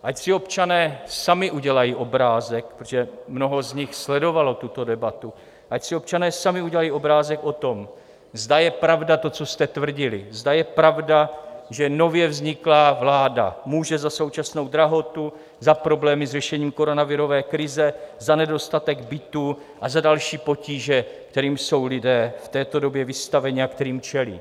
Ať si občané sami udělají obrázek, protože mnoho z nich sledovalo tuto debatu, ať si občané sami udělají obrázek o tom, zda je pravda to, co jste tvrdili, zda je pravda, že nově vzniklá vláda může za současnou drahotu, za problémy s řešením koronavirové krize, za nedostatek bytů a za další potíže, kterým jsou lidé v této době vystaveni a kterým čelí.